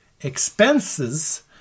expenses